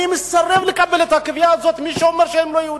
אני מסרב לקבל את הקביעה הזאת של מי שאומר שהם לא יהודים.